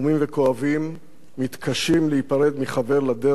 מתקשים להיפרד מחבר לדרך ושותף לעשייה.